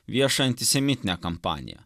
viešą antisemitinę kampaniją